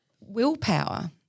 willpower